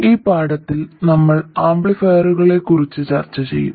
ഈ പാഠത്തിൽ നമ്മൾ ആംപ്ലിഫയറുകളെക്കുറിച്ചുചർച്ച ചെയ്യും